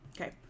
Okay